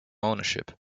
ownership